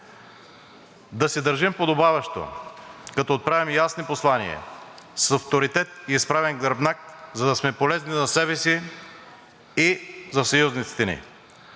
да се държим подобаващо, като отправяме ясни послания с авторитет и изправен гръбнак, за да сме полезни на себе си и на съюзниците ни.